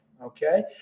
Okay